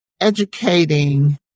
educating